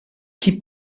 qui